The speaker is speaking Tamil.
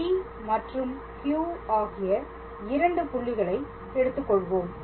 P மற்றும் Q ஆகிய இரண்டு புள்ளிகளை எடுத்துக்கொள்வோம்